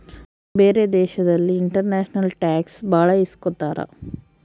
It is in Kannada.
ಬೇರೆ ದೇಶದಲ್ಲಿ ಇಂಟರ್ನ್ಯಾಷನಲ್ ಟ್ಯಾಕ್ಸ್ ಭಾಳ ಇಸ್ಕೊತಾರ